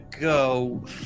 go